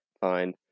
Fine